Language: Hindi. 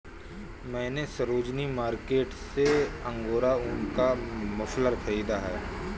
मैने सरोजिनी मार्केट से अंगोरा ऊन का मफलर खरीदा है